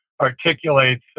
articulates